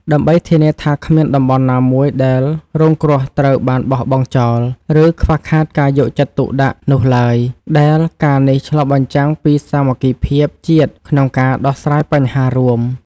ដើម្បីធានាថាគ្មានតំបន់ណាមួយដែលរងគ្រោះត្រូវបានបោះបង់ចោល ឬខ្វះខាតការយកចិត្តទុកដាក់នោះឡើយ ដែលការណ៍នេះឆ្លុះបញ្ចាំងពីសាមគ្គីភាពជាតិក្នុងការដោះស្រាយបញ្ហារួម។